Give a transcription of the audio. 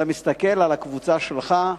ואתה מסתכל על הקבוצה שלך,